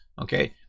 okay